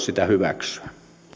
sitä hyväksyä